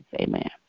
Amen